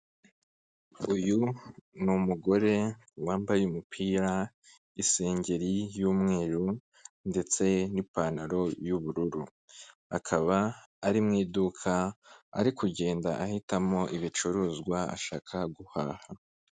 Uyu ni umugore wambaye umupira, isengeri y'umweru ndetse n'ipantaro y'ubururu, akaba ari mu iduka ari kugenda ahitamo ibicuruzwa ashaka guhaha.